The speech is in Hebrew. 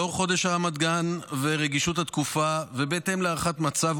לאור חודש הרמדאן ורגישות התקופה ובהתאם להערכת מצב,